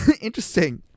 Interesting